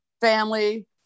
family